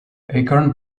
acorn